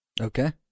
Okay